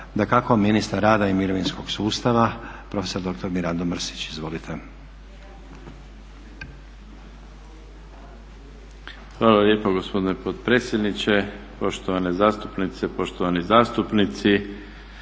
Dakako. Ministar rada i mirovinskog sustava profesor, doktor MIrando Mrsić. Izvolite. **Mrsić, Mirando (SDP)** Hvala lijepo gospodine potpredsjedniče. Poštovane zastupnice, poštovani zastupnici.